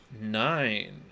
Nine